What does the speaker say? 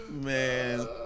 Man